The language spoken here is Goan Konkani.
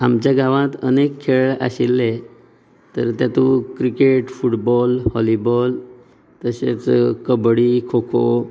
आमच्या गावांत अनेक खेळ आशिल्लें तर तेतूंत क्रिकेट फुटबॉल हॉलीबॉल तशेंच कबडी खोखो